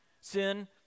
Sin